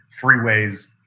freeways